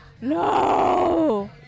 No